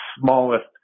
smallest